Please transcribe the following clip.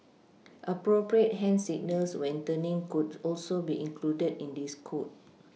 appropriate hand signals when turning could also be included in this code